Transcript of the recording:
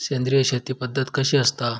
सेंद्रिय शेती पद्धत कशी असता?